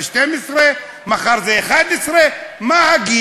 אם זה 12, מחר זה 11. מה הגיל?